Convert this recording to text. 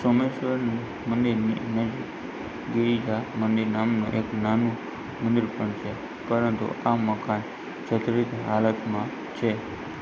સોમેશ્વર મંદિરની નજીક ગિરિજા મંદિર નામનું એક નાનું મંદિર પણ છે પરંતુ આ મકાન જર્જરિત હાલતમાં છે